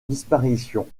disparition